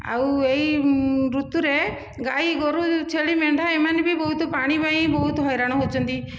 ଆଉ ଏହି ଋତୁରେ ଗାଈ ଗୋରୁ ଛେଳି ମେଣ୍ଢା ଏମାନେ ବି ବହୁତ ପାଣି ପାଇଁ ବହୁତ ହଇରାଣ ହେଉଛନ୍ତି